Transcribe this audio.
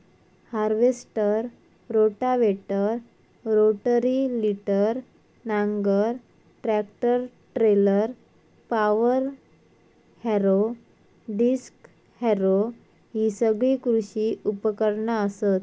harvester, rotavator, rotary tiller, नांगर, tractor trailer, power harrow, disc harrow हि सगळी कृषी उपकरणा असत